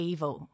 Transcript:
Evil